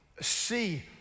see